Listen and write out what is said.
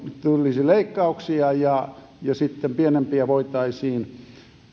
tulisi leikkauksia ja sitten pienempiä voitaisiin